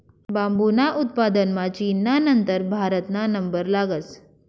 बांबूना उत्पादनमा चीनना नंतर भारतना नंबर लागस